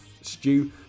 stew